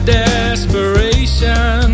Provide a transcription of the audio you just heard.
desperation